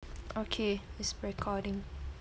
okay it's recording